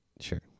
Sure